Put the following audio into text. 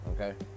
Okay